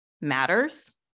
matters